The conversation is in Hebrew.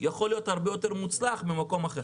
שיותר מוצלח ממקום אחר.